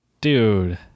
Dude